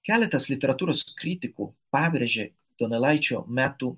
keletas literatūros kritikų pabrėžė donelaičio metų